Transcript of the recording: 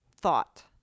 thought